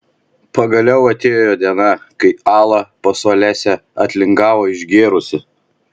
pagaliau atėjo diena kai ala pas olesią atlingavo išgėrusi